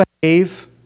behave